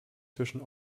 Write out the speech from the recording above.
zwischen